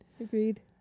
Agreed